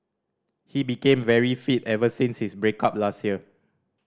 he became very fit ever since his break up last year